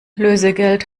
lösegeld